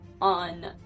on